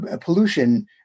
pollution